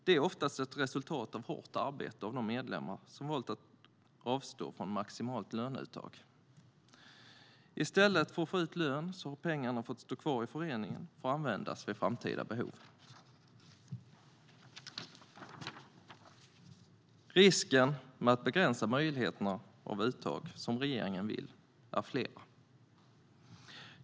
Det är oftast ett resultat av hårt arbete av de medlemmar som har valt att avstå från maximalt löneuttag. I stället för att tas ut som lön har pengarna fått stå kvar i föreningen för att användas vid framtida behov. Riskerna med att begränsa möjligheterna av uttag, som regeringen vill, är flera.